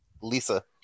lisa